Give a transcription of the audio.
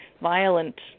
violent